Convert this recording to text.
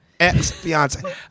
ex-fiance